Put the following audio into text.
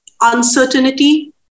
uncertainty